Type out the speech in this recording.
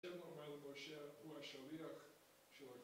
זה נורמן גושר, הוא השליח של הקהילה.